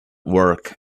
work